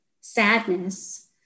sadness